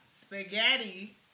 spaghetti